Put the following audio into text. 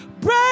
break